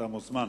אתה מוזמן.